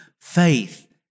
faith